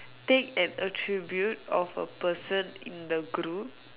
take and attribute of a person in the group